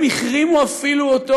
הם החרימו אפילו אותו.